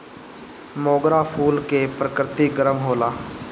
मोगरा फूल के प्रकृति गरम होला